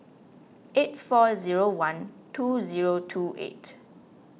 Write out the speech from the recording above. eight four zero one two zero two eight